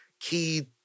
key